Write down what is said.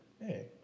Hey